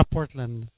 Portland